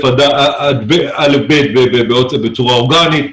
כיתות א'-ב' בצורה אורגנית,